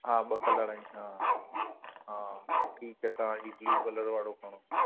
हा ॿ कलर आहिनि हा हा ठीकु आहे तव्हां हीअ कलर वारो खणो